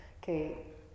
que